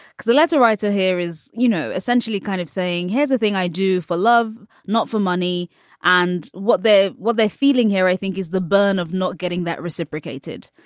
the letter writer here is you know essentially kind of saying here's the thing i do for love not for money and what they're what they're feeling here i think is the burden of not getting that reciprocated.